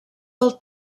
del